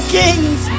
kings